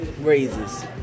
raises